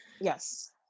Yes